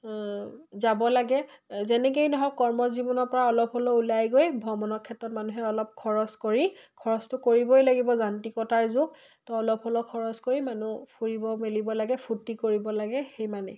যাব লাগে যেনেকেই নহওক কৰ্মজীৱনৰ পৰা অলপ হ'লেও ওলাই গৈ ভ্ৰমণৰ ক্ষেত্ৰত মানুহে অলপ খৰচ কৰি খৰচটো কৰিবই লাগিব যান্তিকতাৰ যুগ তো অলপ হ'লেও খৰচ কৰি মানুহ ফুৰিব মেলিব লাগে ফূৰ্তি কৰিব লাগে সেই মানে